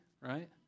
right